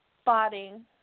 spotting